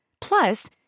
Plus